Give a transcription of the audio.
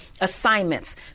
assignments